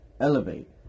elevate